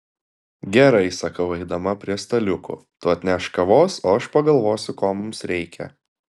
gerai sakau eidama prie staliukų tu atnešk kavos o aš pagalvosiu ko mums reikia